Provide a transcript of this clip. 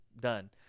done